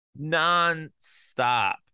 nonstop